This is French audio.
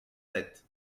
sept